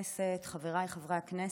חבריי חברי הכנסת,